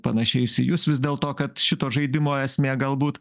panašiais į jus vis dėl to kad šito žaidimo esmė galbūt